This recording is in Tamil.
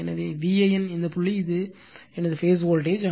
எனவே VAN இந்த புள்ளி இது எனது பேஸ் வோல்டேஜ்